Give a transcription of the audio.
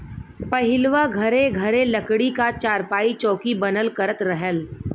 पहिलवां घरे घरे लकड़ी क चारपाई, चौकी बनल करत रहल